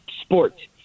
sport